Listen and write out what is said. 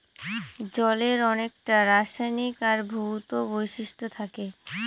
জলের অনেককটা রাসায়নিক আর ভৌত বৈশিষ্ট্য থাকে